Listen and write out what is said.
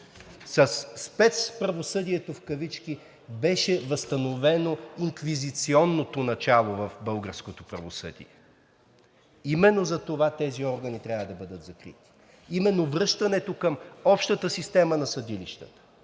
Със спецправосъдието в кавички беше възстановено инквизиционното начало в българското правосъдие. Именно затова тези органи трябва да бъдат закрити. Именно връщането към общата система на съдилищата